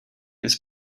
his